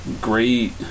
great